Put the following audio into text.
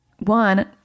one